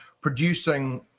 producing